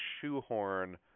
shoehorn